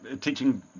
teaching